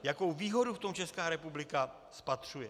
Jakou výhodu v tom Česká republika spatřuje?